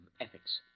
ethics